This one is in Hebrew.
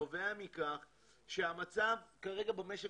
נובע מכך שהמצב כרגע במשק,